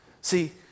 See